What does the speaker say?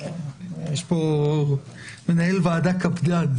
יש פה מנהל ועדה קפדן.